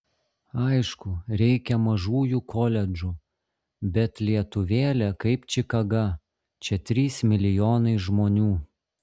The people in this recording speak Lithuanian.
aišku reikia mažųjų koledžų bet lietuvėlė kaip čikaga čia trys milijonai žmonių